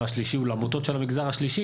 השלישי ולעמותות של המגזר השלישי,